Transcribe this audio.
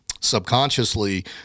subconsciously